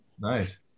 nice